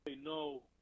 no